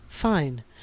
fine